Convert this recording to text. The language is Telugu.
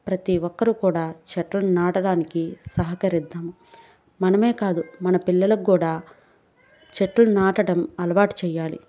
ప్రతీ ఒక్కరూ కూడా చెట్లను నాటడానికి సహకరిద్దాం మనమే కాదు మన పిల్లలకు కూడా చెట్లు నాటడం అలవాటు చెయ్యాలి